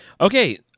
Okay